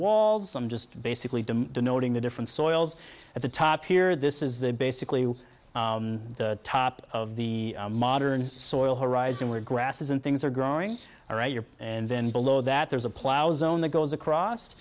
walls some just basically denoting the different soils at the top here this is the basically the top of the modern soil horizon where grasses and things are growing all right your and then below that there's a plow zone that goes across